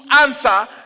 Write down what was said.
answer